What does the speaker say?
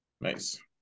Nice